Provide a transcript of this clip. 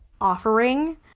offering